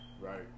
right